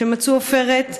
שמצאו עופרת?